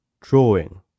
drawing